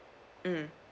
um